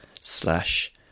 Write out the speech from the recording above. slash